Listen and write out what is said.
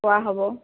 চোৱা হ'ব